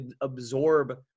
absorb